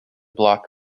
block